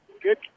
good